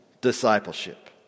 discipleship